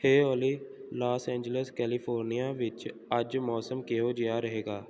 ਹੇ ਓਲੀ Los Angeles California ਵਿੱਚ ਅੱਜ ਮੌਸਮ ਕਿਹੋ ਜਿਹਾ ਰਹੇਗਾ